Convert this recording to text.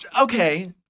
Okay